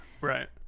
Right